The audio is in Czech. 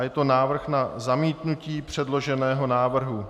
Je to návrh na zamítnutí předloženého návrhu.